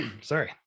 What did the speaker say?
Sorry